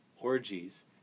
orgies